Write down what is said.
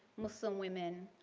muslim women,